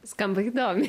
skamba įdomiai